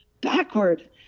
backward